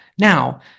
Now